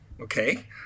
okay